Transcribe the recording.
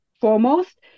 foremost